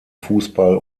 fußball